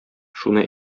шуны